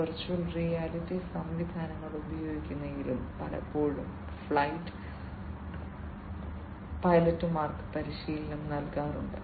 virtual reality സംവിധാനങ്ങൾ ഉപയോഗിക്കുന്നതിലും പലപ്പോഴും ഫൈറ്റ് പൈലറ്റുമാർക്ക് പരിശീലനം നൽകാറുണ്ട്